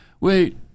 Wait